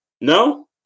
No